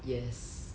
yes